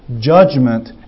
Judgment